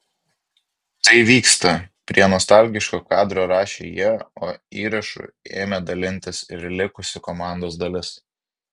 tai vyksta prie nostalgiško kadro rašė jie o įrašu ėmė dalintis ir likusi komandos dalis